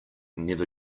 never